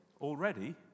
already